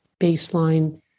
baseline